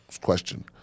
Question